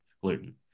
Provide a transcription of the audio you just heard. gluten